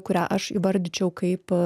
kurią aš įvardyčiau kaip